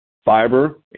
Fiber